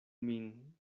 min